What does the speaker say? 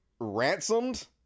ransomed